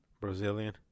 Brazilian